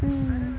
mmhmm